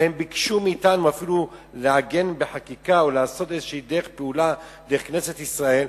הם אפילו ביקשו מאתנו לעגן בחקיקה או לעשות פעולה דרך כנסת ישראל,